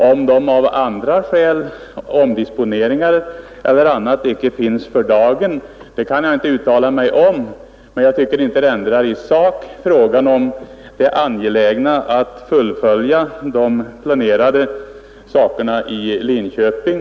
Om dessa på grund av omdisponeringar eller av andra skäl icke skulle finnas för dagen kan jag inte uttala mig om, men i sak tycker jag inte att det ändrar bedömningen att det är angeläget att fullfölja planerna i Linköping.